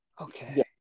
Okay